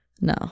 No